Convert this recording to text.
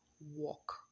walk